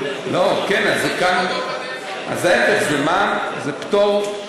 אז ההפך זה פטור,